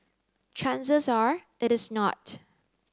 chances are it is not